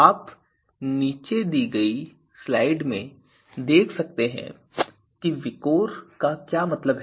आप नीचे दी गई स्लाइड में देख सकते हैं कि विकोर का क्या मतलब है